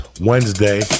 Wednesday